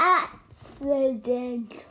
accident